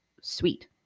Sweet